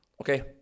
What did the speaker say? Okay